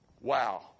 Wow